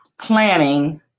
planning